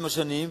עם השנים,